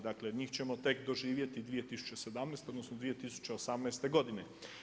Dakle njih ćemo tek doživjeti 2017., odnosno 2018. godine.